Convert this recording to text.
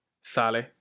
sale